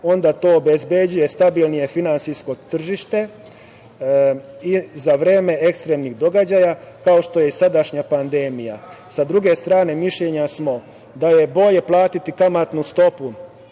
onda to obezbeđuje stabilnije finansijsko tržište i za vreme ekstremnih događaja, kao što je i sadašnja pandemija. Sa druge strane, mišljenja smo da je bolje platiti kamatnu stopu